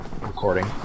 recording